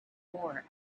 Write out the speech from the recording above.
more